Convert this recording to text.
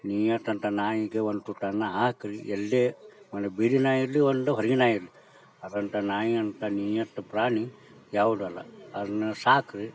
ನೀಯತ್ತಂತ ನಾಯಿಗೆ ಒಂದು ತುತ್ತು ಅನ್ನ ಹಾಕಿರಿ ಎಲ್ಲೇ ಒಂದು ಬೀದಿ ನಾಯಿ ಇರಲಿ ಒಂದು ಹೊರ್ಗಿನ ನಾಯಿ ಇರಲಿ ಅದ್ರಂಥ ನಾಯಿಯಂಥ ನೀಯತ್ತು ಪ್ರಾಣಿ ಯಾವುದೂ ಅಲ್ಲ ಅದನ್ನ ಸಾಕಿರಿ